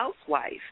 housewife